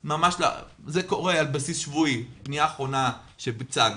וזה קורה על בסיס שבועי הפנייה האחרונה שביצענו,